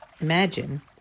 Imagine